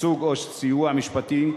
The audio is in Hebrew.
ייצוג או סיוע משפטי,